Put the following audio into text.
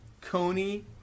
Coney